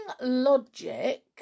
logic